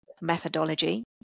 methodology